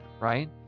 right